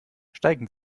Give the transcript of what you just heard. steigen